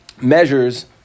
measures